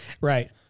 Right